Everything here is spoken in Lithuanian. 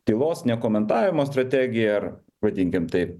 tylos nekomentavimo strategija ar vadinkime taip